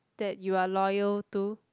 that you are loyal to